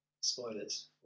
Spoilers